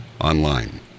online